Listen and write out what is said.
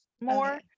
more